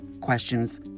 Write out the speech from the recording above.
questions